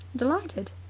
delighted.